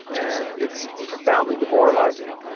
and it's profoundly demoralising.